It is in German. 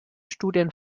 studien